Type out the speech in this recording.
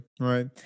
Right